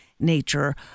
nature